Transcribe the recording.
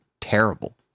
terrible